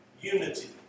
unity